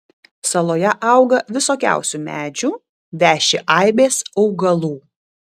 saloje auga visokiausių medžių veši aibės augalų